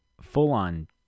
full-on